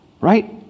Right